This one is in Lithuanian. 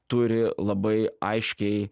turi labai aiškiai